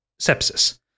sepsis